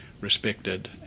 respected